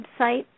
website